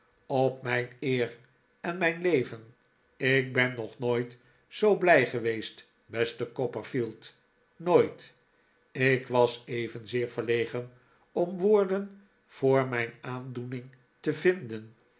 op mijn eer en mijn leven ik ben nog nooit zoo blij geweest beste copperfield nooit ik was evenzeer verlegen om woorden voor mijn aandoening te vinden